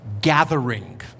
gathering